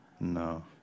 No